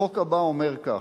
החוק הבא אומר כך,